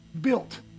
built